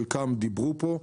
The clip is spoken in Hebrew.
ועל חלקן דיברו פה.